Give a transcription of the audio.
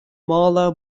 mála